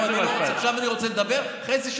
עכשיו אני רוצה לדבר ואחרי זה,